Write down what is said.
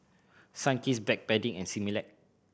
Sunkist Backpedic and Similac